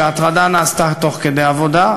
שההטרדה נעשתה תוך כדי העבודה,